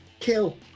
Kill